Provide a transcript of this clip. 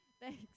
Thanks